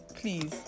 please